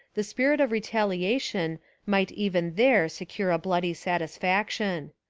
the spirit, of retaliation might even there secure a bloody satisfaction.